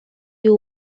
you